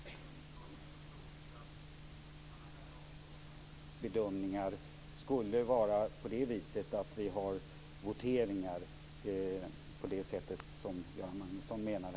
Fru talman! Jag tror inte att vi skulle ha voteringar i sådana här avgörande bedömningar på det sätt som Göran Magnusson menar.